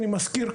אני מזכיר,